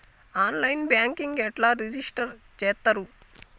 On line banking register రిజిష్టర్ చేత్తరు?